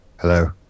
Hello